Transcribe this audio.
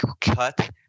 cut